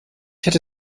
hätte